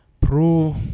pro